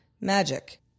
magic